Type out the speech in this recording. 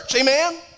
amen